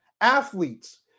Athletes